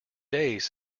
days